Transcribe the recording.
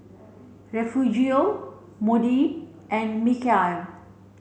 Refugio Moody and Mikeal